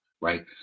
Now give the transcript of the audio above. right